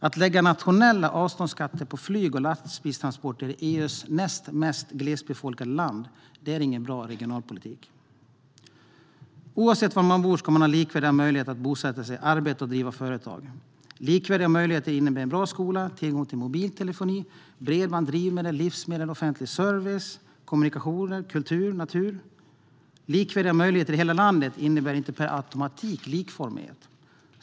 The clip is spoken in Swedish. Att lägga nationella avståndsskatter på flyg och lastbilstransporter i EU:s näst mest glesbefolkade land är ingen bra regionalpolitik. Oavsett var människor bor ska de ha likvärdiga möjligheter att bosätta sig, arbeta och driva företag. Likvärdiga möjligheter innebär en bra skola, tillgång till mobiltelefoni, bredband, drivmedel, livsmedel, offentlig service, kommunikationer, kultur och natur. Likvärdiga möjligheter i hela landet innebär inte per automatik likformighet.